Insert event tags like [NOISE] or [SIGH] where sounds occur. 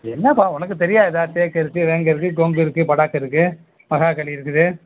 என்னப்பா உனக்கு தெரியாததா தேக்கு இருக்குது வேங்கை இருக்குது கொம்பு இருக்குது படாக் இருக்குது [UNINTELLIGIBLE] கழி இருக்குது